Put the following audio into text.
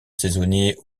saisonnier